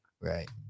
right